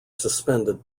suspended